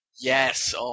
Yes